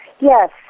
Yes